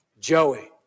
Joey